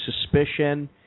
suspicion